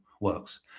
works